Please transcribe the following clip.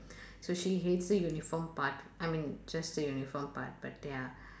so she hates the uniform part I mean just the uniform part but ya